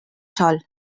sol